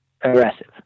aggressive